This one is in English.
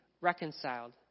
reconciled